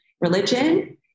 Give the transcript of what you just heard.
religion